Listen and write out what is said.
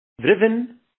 driven